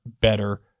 better